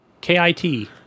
K-I-T